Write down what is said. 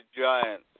Giant